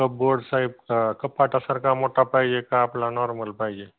cupboard size कपाटासारखा मोठा पाहिजे का आपला नॉर्मल पाहिजे